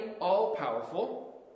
all-powerful